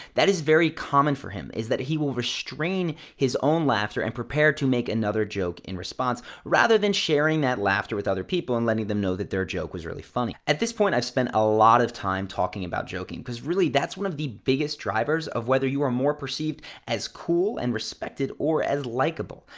that is very common for him is that he will restrain his own laughter and prepare to make another joke in response, rather than sharing that laughter with other people and letting them know that their joke was really funny. at this point, i've spent a lot of time talking about joking, because, really, that's one of the biggest drivers of whether you are more perceived as cool and respected, or as likable.